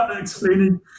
explaining